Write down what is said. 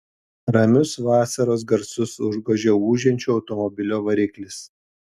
ramius vasaros garsus užgožė ūžiančio automobilio variklis